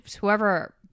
whoever